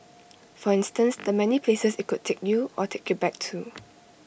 for instance the many places IT could take you or take you back to